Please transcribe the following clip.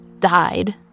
died